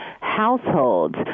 households